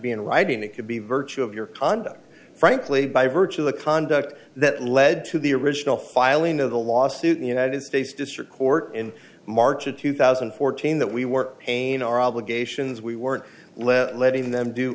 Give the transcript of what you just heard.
be in writing it could be virtue of your conduct frankly by virtue of the conduct that led to the original filing of the lawsuit united states district court in march of two thousand and fourteen that we were pain our obligations we weren't letting them do